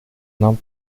нам